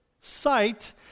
sight